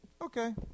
Okay